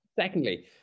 Secondly